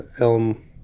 Elm